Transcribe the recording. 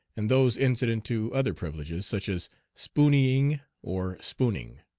and those incident to other privileges, such as spooneying, or spooning.